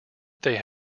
they